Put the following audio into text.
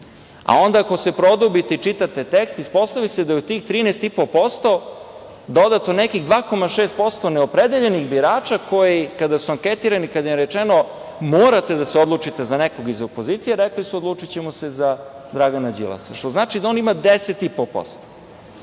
a onda ako se produbite i čitate tekst, ispostavi se da je u tih 13,5% dodato nekih 2,6% neopredeljenih birača koji kada su anketirani, kada im je rečeno - morate da se odlučite za nekoga iz opozicije, rekli su odlučićemo se za Dragana Đilasa, što znači da on ima 10,5%.Kada